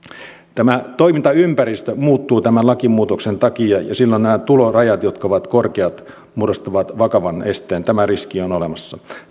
tämä toimintaympäristö muuttuu tämän lakimuutoksen takia ja silloin nämä tulorajat jotka ovat korkeat muodostavat vakavan esteen tämä riski on olemassa